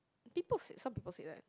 people say some people say that